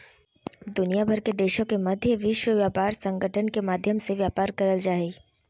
दुनिया भर के देशों के मध्य विश्व व्यापार संगठन के माध्यम से व्यापार करल जा हइ